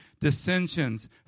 dissensions